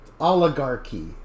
oligarchy